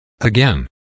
Again